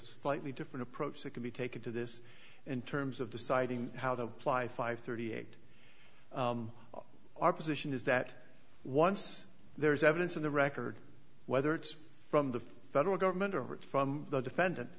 slightly different approach that could be taken to this in terms of deciding how to apply five thirty eight our position is that once there is evidence of the record whether it's from the federal government or from the defendant